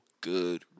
good